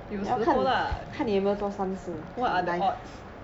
有时候啦 what are the odds